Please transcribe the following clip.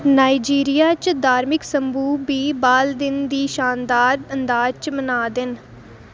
Nigeria च धार्मिक समूह् बी बाल दिन गी शानदार अंदाज च मना दे न